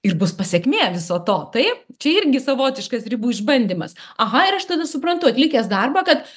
ir bus pasekmė viso to taip čia irgi savotiškas ribų išbandymas aha ir aš tada suprantu atlikęs darbą kad